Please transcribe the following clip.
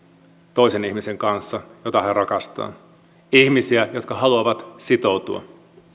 toisen ihmisen kanssa jota he rakastavat ihmisiä jotka haluavat sitoutua